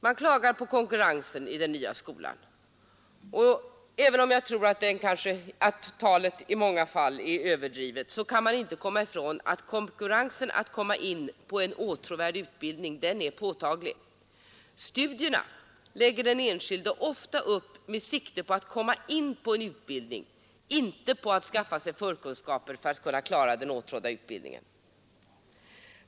Man klagar på konkurrensen i den nya skolan, och även om jag tror att det talet i många fall är överdrivet, så kan man inte komma ifrån att konkurrensen att komma in på en åtråvärd utbildning är påtaglig. Studierna läggs ofta upp med sikte på att komma in på en utbildning, inte på att skaffa sig förkunskaper för att sedan kunna klara den åtrådda utbildningen.